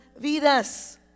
vidas